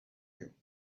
you